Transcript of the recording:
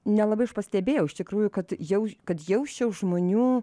nelabai aš pastebėjau iš tikrųjų kad jau kad jausčiau žmonių